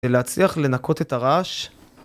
‫כדי להצליח לנקות את הרעש.